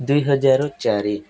ଦୁଇହଜାର ଚାରି